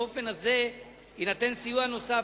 באופן הזה יינתן סיוע נוסף,